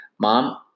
Mom